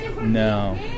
No